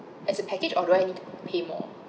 as a package or do I have to pay more